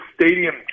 stadium